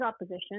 opposition